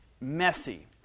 messy